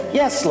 yes